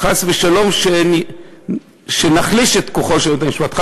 חס ושלום, להחליש את כוחו של בית-המשפט.